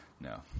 No